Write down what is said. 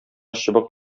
чыбык